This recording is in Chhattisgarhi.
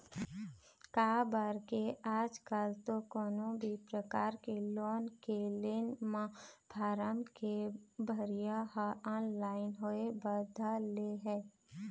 काबर के आजकल तो कोनो भी परकार के लोन के ले म फारम के भरई ह ऑनलाइन होय बर धर ले हे